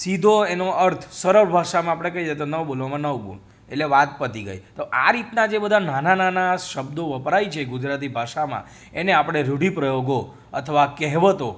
સીધો એનો અર્થ સરળ ભાષામાં આપણે કહીએ તો ન બોલવામાં નવ ગુણ એટલે વાત પતી ગઈ તો આ રીતના જે બધા નાના નાના શબ્દો વપરાય છે ગુજરાતી ભાષામાં એને આપણે રૂઢિપ્રયોગો અથવા કહેવતો